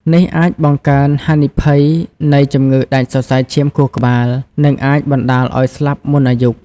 នេះអាចបង្កើនហានិភ័យនៃ ជំងឺដាច់សរសៃឈាមខួរក្បាល និងអាចបណ្ដាលឱ្យស្លាប់មុនអាយុ។